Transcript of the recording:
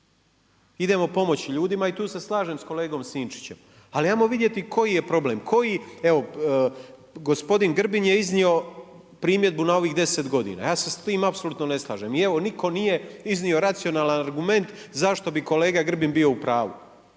Idemo pomoći ljudima i tu se slažem sa kolegom Sinčićem. Ali hajmo vidjeti koji je problem, koji, evo gospodin Grbin je iznio primjedbu na ovih 10 godina, ja se sa time apsolutno ne slažem. I evo nitko nije iznio racionalan argument zašto bi kolega Grbin bio u pravu.